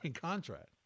contract